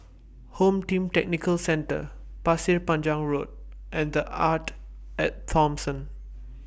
Home Team Tactical Centre Pasir Panjang Road and The Arte At Thomson